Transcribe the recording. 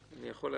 אני יכול להצביע?